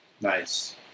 Nice